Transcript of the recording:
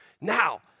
Now